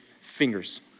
fingers